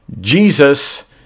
Jesus